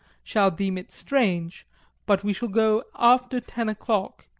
shall deem it strange but we shall go after ten o'clock,